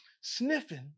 sniffing